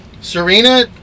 Serena